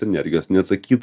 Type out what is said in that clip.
energijos neatsakyt